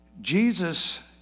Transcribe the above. Jesus